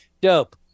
Dope